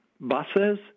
buses